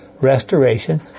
restoration